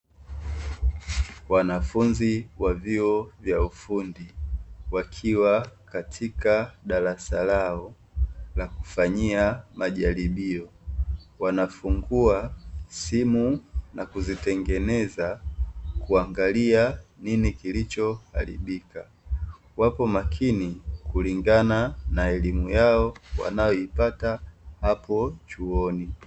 Wanafunzi wa vyuo vya ufundi wakiwa katika darasa lao la kufanyia majaribio, wanafungua simu na kuzitengeneza kuangalia nini kilichoharibika. Wako makini kulingana na elimu yao wanayoipata hapo chuoni.